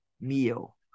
meal